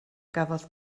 gafodd